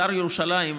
שר ירושלים,